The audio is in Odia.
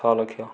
ଛଅଲକ୍ଷ